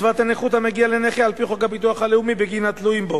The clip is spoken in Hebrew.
קצבת הנכות המגיעה לנכה על-פי חוק הביטוח הלאומי בגין התלויים בו.